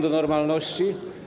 do normalności.